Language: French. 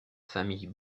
famille